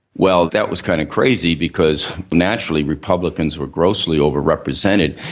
well, that was kind of crazy because naturally republicans were grossly overrepresented,